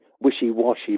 wishy-washy